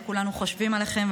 כולנו חושבים עליכם,